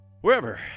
Wherever